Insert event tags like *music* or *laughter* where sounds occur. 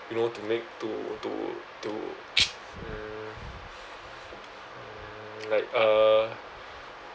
you know to make to to to *noise* mm like uh